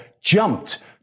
jumped